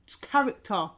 character